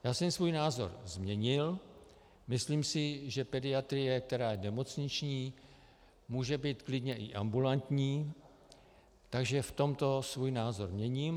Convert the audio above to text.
Já jsem svůj názor změnil, myslím si, že pediatrie, která je nemocniční, může být klidně i ambulantní, takže v tomto svůj názor měním.